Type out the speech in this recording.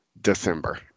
December